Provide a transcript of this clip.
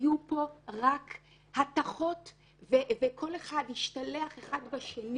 היו פה רק הטחות וכל אחד השתלח אחד בשני